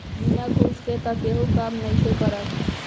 बिना घूस के तअ केहू काम नइखे करत